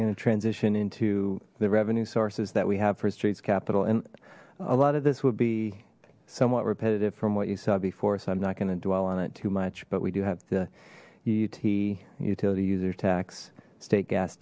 in a transition into the revenue sources that we have frustrates capital and a lot of this would be somewhat repetitive from what you saw before so i'm not going to dwell on it too much but we do have the ut utility user tax state gas